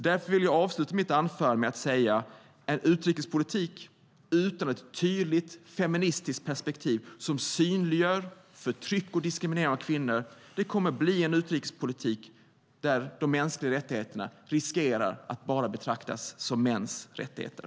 Jag vill därför avsluta mitt anförande med att säga: En utrikespolitik utan ett tydligt feministiskt perspektiv som synliggör förtryck och diskriminering av kvinnor kommer att bli en utrikespolitik där de mänskliga rättigheterna riskerar att bara betraktas som mäns rättigheter.